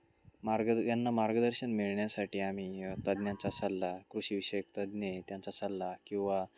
मार्ग यांना मार्गदर्शन मिळण्यासाठी आम्ही तज्ञाचा सल्ला कृषीविषयक तज्ञ आहे त्यांचा सल्ला किंवा